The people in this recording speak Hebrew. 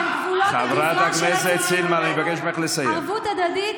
הערכים של עם ישראל, חברת הכנסת סילמן, חברת הכנסת